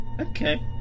Okay